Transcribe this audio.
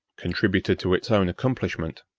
contributed to its own accomplishment.